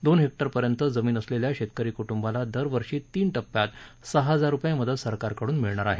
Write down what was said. दोन हेक्टरपर्यंत जमीन असलेल्या शेतकरी कुटुंबाला दरवर्षी तीन टप्प्यात सहा हजार रुपये मदत सरकारकडून मिळणार आहे